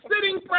sitting